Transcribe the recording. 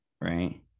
Right